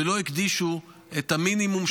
ולא הקדישו את המינימום,